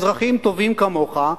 אזרחים טובים כמוך,